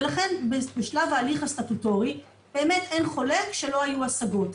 ולכן בשלב ההליך הסטטוטורי באמת אין חולק שלא היו השגות.